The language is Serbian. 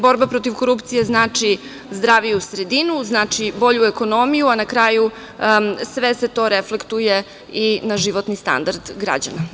Borba protiv korupcije znači zdraviju sredinu, znači bolju ekonomiju, a na kraju sve se to reflektuje i na životni standard građana.